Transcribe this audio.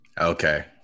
Okay